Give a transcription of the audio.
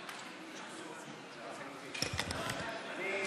חיובית, ברור.